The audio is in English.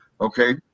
Okay